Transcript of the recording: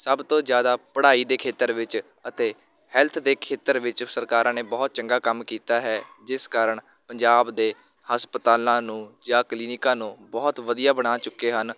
ਸਭ ਤੋਂ ਜ਼ਿਆਦਾ ਪੜ੍ਹਾਈ ਦੇ ਖੇਤਰ ਵਿੱਚ ਅਤੇ ਹੈਲਥ ਦੇ ਖੇਤਰ ਵਿੱਚ ਸਰਕਾਰਾਂ ਨੇ ਬਹੁਤ ਚੰਗਾ ਕੰਮ ਕੀਤਾ ਹੈ ਜਿਸ ਕਾਰਨ ਪੰਜਾਬ ਦੇ ਹਸਪਤਾਲਾਂ ਨੂੰ ਜਾਂ ਕਲੀਨਿਕਾਂ ਨੂੰ ਬਹੁਤ ਵਧੀਆ ਬਣਾ ਚੁੱਕੇ ਹਨ